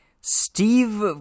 Steve